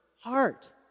heart